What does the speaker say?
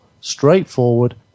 straightforward